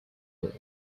row